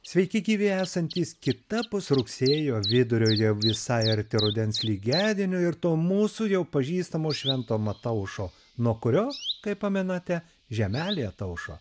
sveiki gyvi esantys kitapus rugsėjo vidurio jau visai arti rudens lygiadienio ir to mūsų jau pažįstamo švento mataušo nuo kurio kaip pamenate žemelė ataušo